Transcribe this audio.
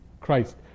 Christ